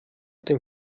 dem